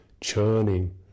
churning